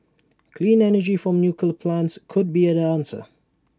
clean energy from nuclear plants could be an answer